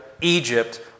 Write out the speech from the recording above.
Egypt